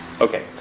Okay